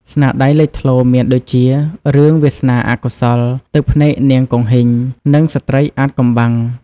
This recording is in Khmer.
ស្នាដៃលេចធ្លោមានដូចជារឿង វាសនាអកុសល ទឹកភ្នែកនាងគង្ហីង និង ស្ត្រីអាថ៌កំបាំង។